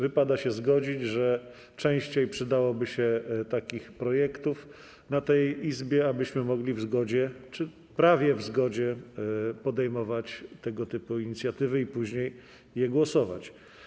Wypada się zgodzić, że częściej przydałyby się takie projekty w tej Izbie, abyśmy mogli w zgodzie czy prawie w zgodzie podejmować tego typu inicjatywy i później głosować.